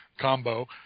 combo